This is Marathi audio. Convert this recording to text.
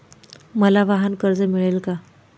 मला वाहनकर्ज मिळेल का?